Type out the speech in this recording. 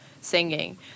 singing